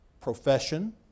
profession